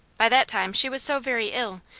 by that time she was so very ill,